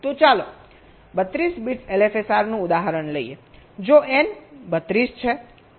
તો ચાલો 32 bits LFSR નું ઉદાહરણ લઈએ જો n 32 છે